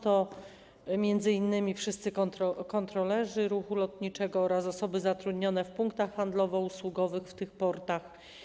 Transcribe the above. Chodzi tu m.in. o wszystkich kontrolerów ruchu lotniczego oraz osoby zatrudnione w punktach handlowo-usługowych w tych portach.